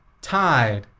Tide